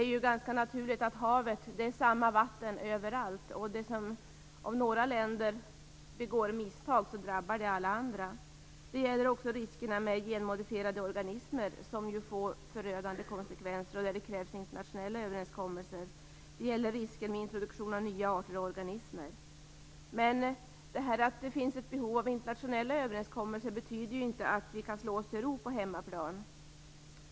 Haven består av samma vatten överallt och om några länder begår misstag, så drabbar det alla andra. Det kan också gälla riskerna med genmodifierade organismer, som ju får förödande konsekvenser. Här krävs internationella överenskommelser. Vidare gäller det risker med introduktion av nya arter och organismer. Men att det finns ett behov av internationella överenskommelser betyder ju inte att vi kan slå oss till ro på hemmaplan.